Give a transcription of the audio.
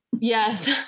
Yes